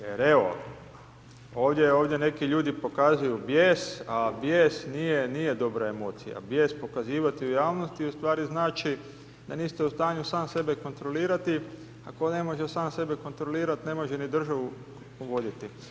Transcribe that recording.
Jer evo ovdje, ovdje neki ljudi pokazuju bijes, a bijes nije dobra emocija, bijes pokazivati u javnosti u stvari znači da niste u stanju sam sebe kontrolirati, a tko ne može sam sebe kontrolirati ne može ni državu voditi.